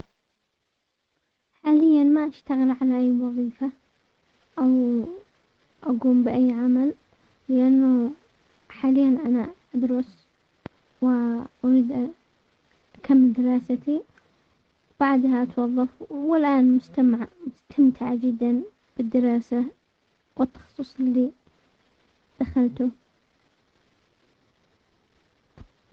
حاليا ما اشتغل على اي وظيفة، او اقوم باي عمل، لانه حاليا انا ادرس واريد ان اكمل دراستي بعدها اتوظف، والان مستمع-مستمتع جدا بالدراسة، والتخصص اللي دخلته.